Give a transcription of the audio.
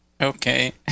Okay